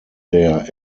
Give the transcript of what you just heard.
der